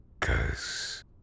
Cause